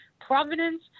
Providence